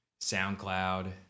SoundCloud